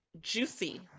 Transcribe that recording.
juicy